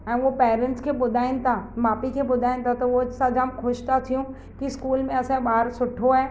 ऐं उहा पेरेंट्स खे ॿुधाइनि था माउ पीउ खे ॿुधाइनि था त उहा असां जाम ख़ुशि था थियूं की स्कूल में असांजो ॿार सुठो ऐं